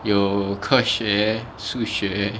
有科学数学